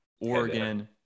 Oregon